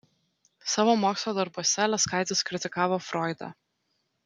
savo mokslo darbuose leskaitis kritikavo froidą